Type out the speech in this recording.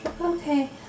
okay